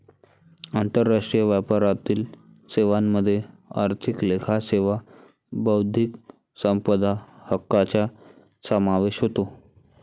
आंतरराष्ट्रीय व्यापारातील सेवांमध्ये आर्थिक लेखा सेवा बौद्धिक संपदा हक्कांचा समावेश होतो